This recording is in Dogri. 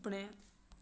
अपने